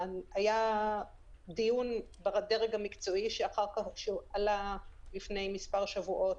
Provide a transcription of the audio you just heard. היה דיון בדרג המקצועי שעלה לפני מספר שבועות,